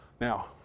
Now